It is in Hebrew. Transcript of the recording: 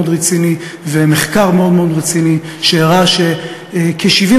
רציני ומחקר מאוד מאוד רציני שהראה ש-70%,